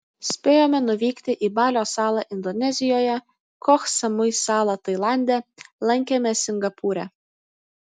spėjome nuvykti į balio salą indonezijoje koh samui salą tailande lankėmės singapūre